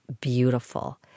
beautiful